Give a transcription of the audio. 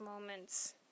moments